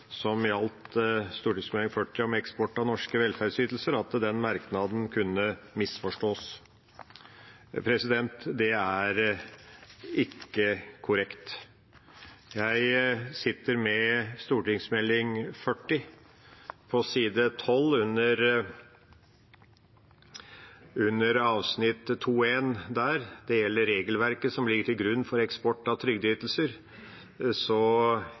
som gjaldt Meld. St. 40 for 2016-2017, om eksport av norske velferdsytelser, kunne misforstås. Det er ikke korrekt. Jeg sitter med Meld. St. 40. På side 12 under avsnitt 2.1 – det gjelder regelverket som ligger til grunn for eksport av trygdeytelser